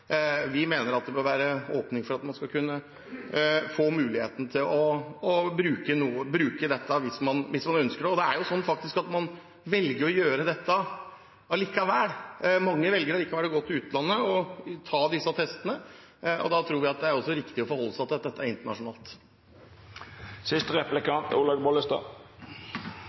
Vi mener at det bør være åpning for at man skal kunne få muligheten til å bruke dette hvis man ønsker det. Det er faktisk slik at man velger å gjøre dette allikevel. Mange velger å dra til utlandet og ta disse testene, og da tror vi det er riktig å forholde seg til at dette er internasjonalt. Fremskrittspartiet, sammen med Arbeiderpartiet, ønsker å gi et offentlig tilbud om tidlig ultralyd, og i tillegg en NIPT-test til alle gravide som er